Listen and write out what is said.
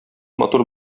матур